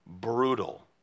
brutal